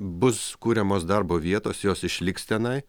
bus kuriamos darbo vietos jos išliks tenai